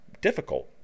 difficult